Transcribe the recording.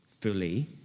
fully